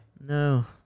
No